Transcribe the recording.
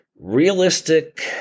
realistic